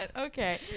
Okay